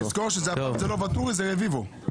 תזכור שהפעם זה לא ואטורי, זה רביבו.